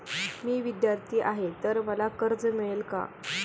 मी विद्यार्थी आहे तर मला कर्ज मिळेल का?